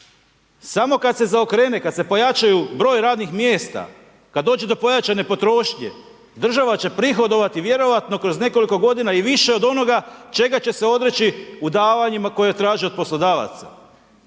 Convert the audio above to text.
Samo kada se zaokrene, kada se pojačaju broj radnik mjesta, kada dođe do pojačane potrošnje država će prihodovati vjerojatno kroz nekoliko godina i više od onoga čega će se odreći u davanjima koje traži od poslodavaca.